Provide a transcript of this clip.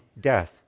death